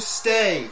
stay